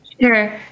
Sure